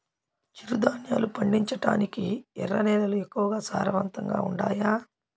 చిరుధాన్యాలు పండించటానికి ఎర్ర నేలలు ఎక్కువగా సారవంతంగా ఉండాయా